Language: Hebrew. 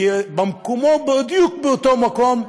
ובמקומו, בדיוק באותו מקום,